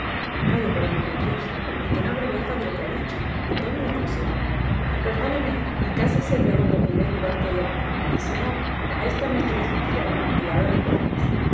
calle por amor de dios y tenga vergüenza de lo que ha dicho y tome mi consejo y perdóneme y cásese luego en el primer lugar que haya cura y si no ahí está nuestro licenciado que lo hará de perlas